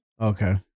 Okay